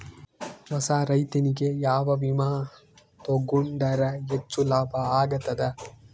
ಹೊಸಾ ರೈತನಿಗೆ ಯಾವ ವಿಮಾ ತೊಗೊಂಡರ ಹೆಚ್ಚು ಲಾಭ ಆಗತದ?